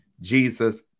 Jesus